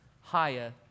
higher